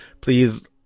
please